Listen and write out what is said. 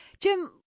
Jim